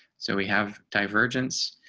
so we have divergence.